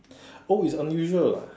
oh it's unusual ah